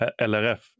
LRF